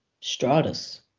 Stratus